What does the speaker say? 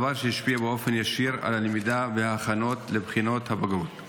דבר שהשפיע באופן ישיר על הלמידה ועל ההכנות לבחינות הבגרות.